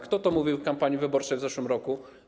Kto o tym mówił w kampanii wyborczej w zeszłym roku?